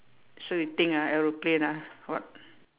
so you think ah aeroplane ah what